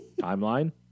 Timeline